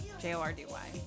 J-O-R-D-Y